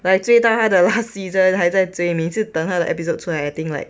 like 追到他的 last season 还在追每次等他的 episode 出来 I think like